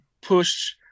push